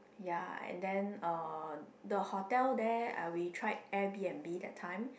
ya and then uh the hotel there uh we tried Airbnb that time